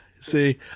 See